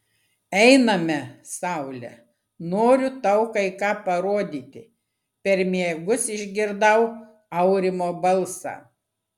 einame saule noriu tau kai ką parodyti per miegus išgirdau aurimo balsą